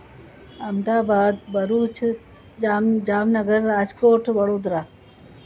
Ahmedabad Bharuch Jam Jamnagar Rajkot Vadodara